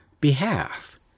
behalf